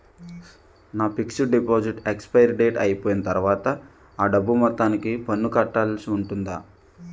నా fixed deposit expiry date అయిపోయిన తర్వాత అ డబ్బు మొత్తానికి పన్ను కట్టాల్సి ఉంటుందా?